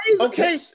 okay